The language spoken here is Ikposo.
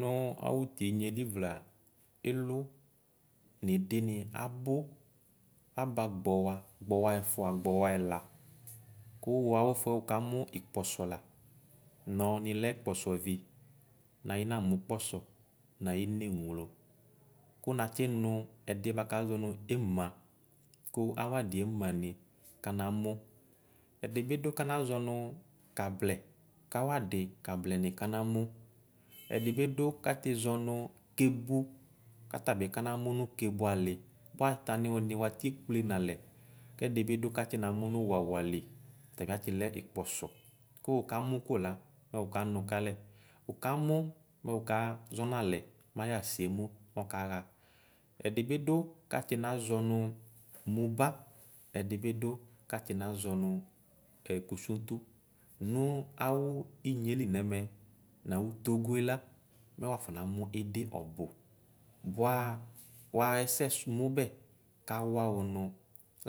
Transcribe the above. Nʋ awʋ tinyeli vla ilʋ nidi ni abʋ aba gbɔwa gbɔwa ɛƒʋa gbɔwa ɛla kʋ wʋ awʋfuɛ kʋ wʋkamʋ ikpɔsɔ la nɔ nilɛ kpɔ sɔvi neyi namʋ ikpɔsɔ nayi neŋfo kʋ natsi nʋ ɛdiɛ bvakʋ azɔ ñʋ ema kʋ awadi emani kana mʋ ɛdibi dʋ kanazɔ nʋ kablɛ kawadi kablɛni kanamʋ ɛdibi dʋ katsi zɔnʋ kebʋ katabi kanamʋ nʋ kebʋali bʋa atani wini watilple nalɛ kɛdibi dʋ katsi namʋ nʋ wawali tabi atsilɛ ikpɔsɔ kʋ wʋkamʋ kola mɛ wʋkanʋ kalɛ wʋkamʋ mɛ wʋkazɔ nalɛ mayasemʋ ɔkaxa ɛdibidʋ katsi nazɔ nʋ moba ɛdibi dʋ katsi nazɔ nʋ ɛkʋsoto nʋ awʋ inyeli nɛmɛ newʋ togoela mɛ waƒɔ namʋ idi ɔbʋ bʋa waxa ɛsɛsʋ ɛsɛmʋbɛ kawa wʋ wʋ